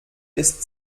ist